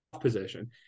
position